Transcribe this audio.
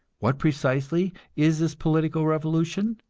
what precisely is this political revolution?